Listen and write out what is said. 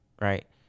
right